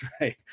right